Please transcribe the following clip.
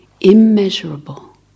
immeasurable